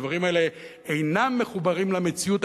הדברים האלה אינם מחוברים למציאות.